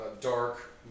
dark